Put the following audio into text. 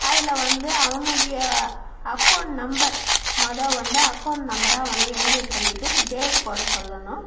அதில் வந்து அவனுடைய அகௌண்ட் நம்பர் மொதலில் வந்து அகௌண்ட் நம்பரை அவனை எழுத சொல்லிவிட்டு டேட் போட சொல்லணும்